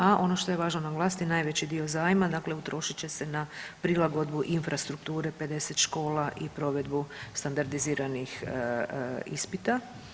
A ono što je važno naglasiti najveći dio zajma dakle utrošit će se na prilagodbu infrastrukture 50 škola i provedbu standardiziranih ispita.